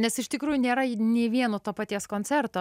nes iš tikrųjų nėra nei vieno to paties koncerto